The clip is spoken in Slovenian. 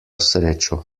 srečo